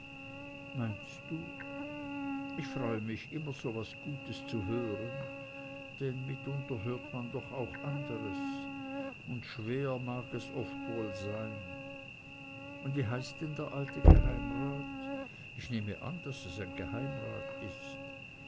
meinst du ich freue mich immer so was gutes zu hören denn mitunter hört man doch auch andres und schwer mag es wohl oft sein und wie heißt denn der alte geheimrat ich nehme an daß es ein geheimrat ist